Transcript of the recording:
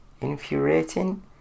infuriating